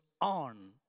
on